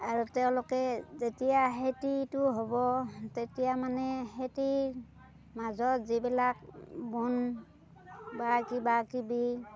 আৰু তেওঁলোকে যেতিয়া খেতিটো হ'ব তেতিয়া মানে খেতিৰ মাজত যিবিলাক বন বা কিবাকিবি